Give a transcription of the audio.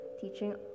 teaching